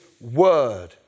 word